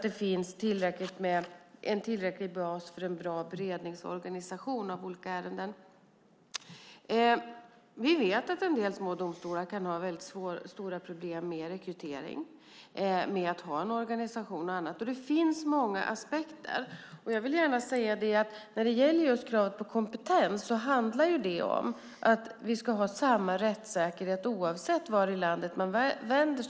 Det bör också finnas en tillräcklig bas för en bra organisation för beredning av olika ärenden. Vi vet att en del små domstolar kan ha stora problem med rekrytering, med att ha en organisation och annat. Det finns många aspekter, och jag vill gärna säga att när det gäller just kravet på kompetens handlar det om att vi ska ha samma rättssäkerhet oavsett vart man vänder sig i landet.